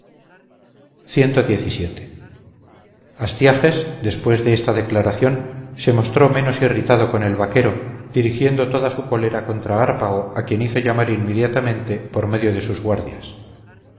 perdonase astiages después de esta declaración se mostró menos irritado con el vaquero dirigiendo toda su cólera contra hárpago a quien hizo llamar inmediatamente por medio de sus guardias